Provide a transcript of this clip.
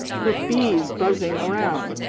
with bees buzzing around!